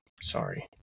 Sorry